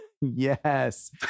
Yes